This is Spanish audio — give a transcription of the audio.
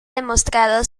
demostrado